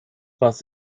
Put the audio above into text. was